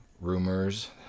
rumors